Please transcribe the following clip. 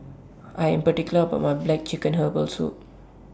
I Am particular about My Black Chicken Herbal Soup